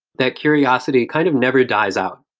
that curiosity kind of never dies out.